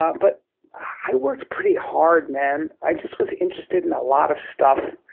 um but i worked pretty hard, man. i just was interested in a lot of stuff.